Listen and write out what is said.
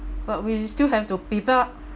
but we still have to prepare